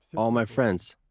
all my friends,